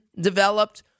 developed